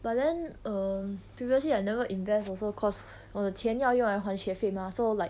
but then err previously I never invest also cause 我的钱要用来还学费 mah so like